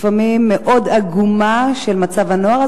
לפעמים מאוד עגומה, של מצב הנוער.